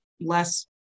less